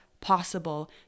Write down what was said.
possible